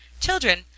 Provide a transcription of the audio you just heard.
children